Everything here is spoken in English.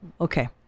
Okay